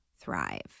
thrive